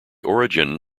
origin